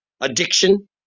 addiction